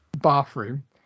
bathroom